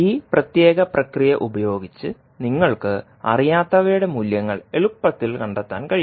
ഈ പ്രത്യേക പ്രക്രിയ ഉപയോഗിച്ച് നിങ്ങൾക്ക് അറിയാത്തവയുടെ മൂല്യങ്ങൾ എളുപ്പത്തിൽ കണ്ടെത്താൻ കഴിയും